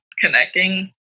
connecting